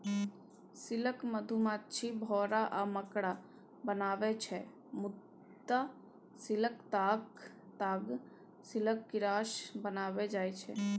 silk मधुमाछी, भौरा आ मकड़ा बनाबै छै मुदा सिल्कक ताग सिल्क कीरासँ बनाएल जाइ छै